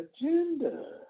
agenda